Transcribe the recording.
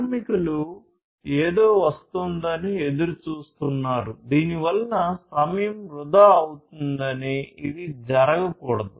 కార్మికులు ఏదో వస్తోందని ఎదురు చూస్తున్నారు దీనివల్ల సమయం వృథా అవుతుందని ఇది జరగకూడదు